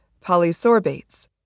polysorbates